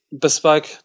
bespoke